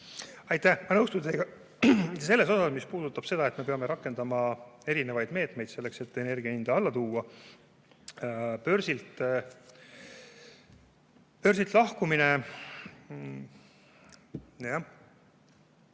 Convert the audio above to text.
Aitäh! Ma nõustun teiega selles, mis puudutab seda, et me peame rakendama erinevaid meetmeid selleks, et energia hinda alla tuua. Börsilt lahkumine? Nojah.